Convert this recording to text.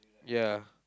ya